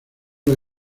los